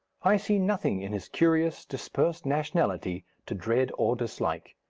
i see nothing in his curious, dispersed nationality to dread or dislike.